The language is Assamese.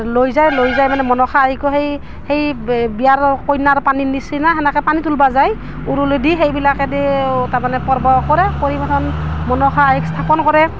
লৈ যায় লৈ যাই মানে মনসা আইকো সেই সেই বিয়াৰ কইনাৰ পানীৰ নিচিনা সেনেকৈ পানী তুলিব যাই উৰুলি দি সেইবিলাকে দিওঁ তাৰমানে পৰ্ব কৰে কৰি মাথন মনসা আইক স্থাপন কৰে